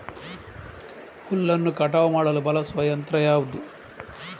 ಹುಲ್ಲನ್ನು ಕಟಾವು ಮಾಡಲು ಬಳಸುವ ಯಂತ್ರ ಯಾವುದು?